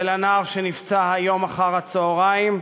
ולנער שנפצע היום אחר-הצהריים,